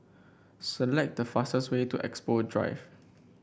select the fastest way to Expo Drive